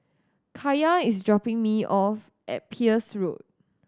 Kaiya is dropping me off at Peirce Road